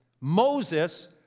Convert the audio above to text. Moses